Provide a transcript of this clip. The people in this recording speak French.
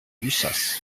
lussas